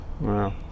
Wow